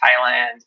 Thailand